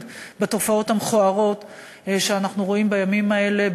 בתופעות המכוערות שאנחנו רואים בימים האלה,